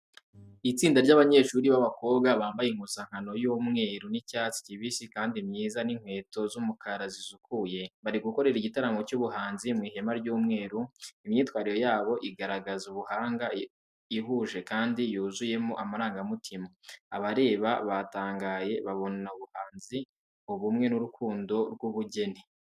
Itsinda ry’abanyeshuri b’abakobwa bambaye impuzankano y’umweru n’icyatsi kibisi kandi myiza n’inkweto z’umukara zisukuye, bari gukorera igitaramo cy’ubuhanzi mu ihema ry’umweru. Imyitwarire yabo iragaragaza ubuhanga, ihuje kandi yuzuyemo amarangamutima. Abareba batangaye, babona ubuhanzi, ubumwe n’urukundo rw’ubugeni.